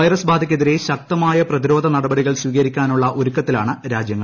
virus ബാധയ്ക്കെതിരെ ശക്തമായ പ്രതിരോധ നടപടികൾ സ്വീകരിക്കാനുള്ള ഒരുക്കത്തിലാണ് രാജ്യങ്ങൾ